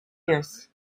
years